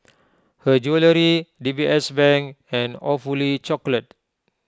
Her Jewellery D B S Bank and Awfully Chocolate